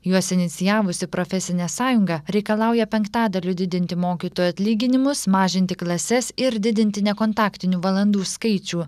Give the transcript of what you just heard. juos inicijavusi profesinė sąjunga reikalauja penktadaliu didinti mokytojų atlyginimus mažinti klases ir didinti nekontaktinių valandų skaičių